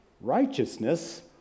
Righteousness